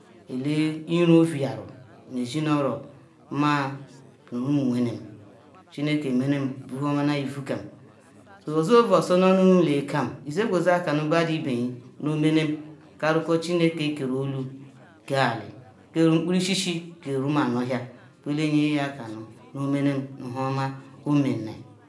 ele-ho vuyaru nu ezi nu oro má nu omu wene chineke menem vuwhormani ivukam so owe ovu osunuoke nuleka m izigwo za kanu maduibenyi nu omene karuko chineke keruelu ke ali keru ukporo isisi keru umaanuohia kwele nye iya kanu nuomene nuhuoma omenan.